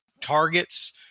targets